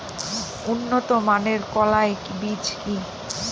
উন্নত মানের কলাই বীজ কি?